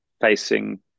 facing